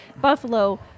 Buffalo